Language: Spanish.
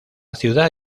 ciudad